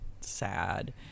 sad